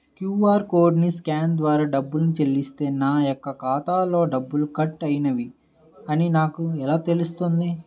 QR కోడ్ని scan ద్వారా డబ్బులు చెల్లిస్తే నా యొక్క ఖాతాలో డబ్బులు కట్ అయినవి అని నాకు ఎలా తెలుస్తుంది?